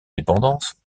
dépendances